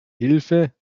hilfe